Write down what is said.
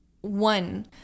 one